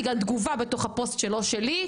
בגלל תגובה בתוך הפוסט שלא שלי,